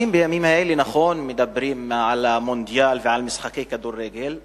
בימים האלה האנשים מדברים על המונדיאל ועל משחקי כדורגל,